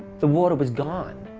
the water was gone.